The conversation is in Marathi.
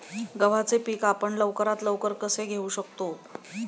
गव्हाचे पीक आपण लवकरात लवकर कसे घेऊ शकतो?